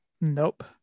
nope